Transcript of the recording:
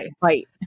fight